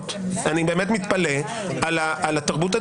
הערת ביניים?